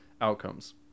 outcomes